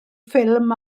ffilm